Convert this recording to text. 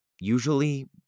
usually